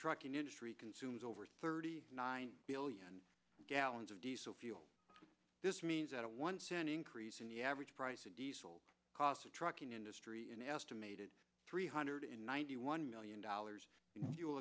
trucking industry consumes over thirty nine billion gallons of diesel fuel this means that a one cent increase in the average price of diesel costs the trucking industry an estimated three hundred ninety one million dollars